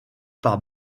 par